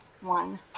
one